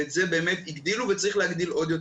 ואת זה באמת הגדילו וצריך להגדיל עוד יותר,